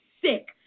sick